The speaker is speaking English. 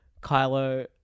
Kylo